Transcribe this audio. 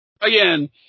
Again